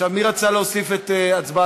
מי רצה להוסיף את הצבעתו?